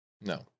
No